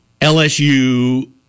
LSU